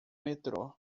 metrô